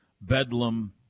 Bedlam